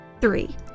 Three